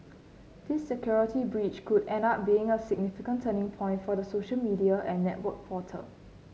this security breach could end up being a significant turning point for the social media and network portal